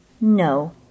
No